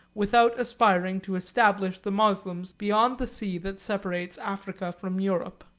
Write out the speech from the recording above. without aspiring to establish the moslems beyond the sea that separates africa from europe.